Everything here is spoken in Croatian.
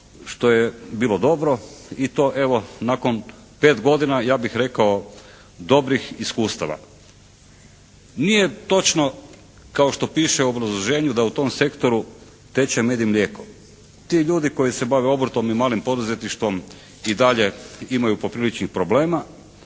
što je bilo dobro i to evo nakon 5 godina ja bih rekao dobrih iskustava. Nije točno kao što piše u obrazloženju da u tom sektoru teče med i mlijeko. Ti ljudi koji se bave obrtom i malim poduzetništvom i dalje imaju popriličnih problema